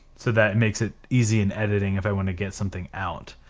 so that it makes it easy and editing if i want to get something out,